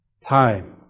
time